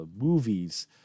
movies